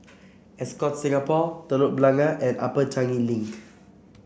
Ascott Singapore Telok Blangah and Upper Changi Link